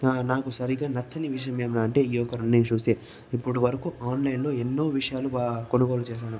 నాకు సరిగ్గా నచ్చని విషయం ఏమిరా అంటే ఈ యొక్క రన్నింగ్ షూస్ ఏ ఇప్పుడు వరకు ఆన్లైన్ లో ఎన్నో విషయాలు కొనుగోలు చేశాను